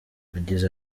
yagize